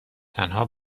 تنها